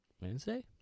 Wednesday